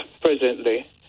presently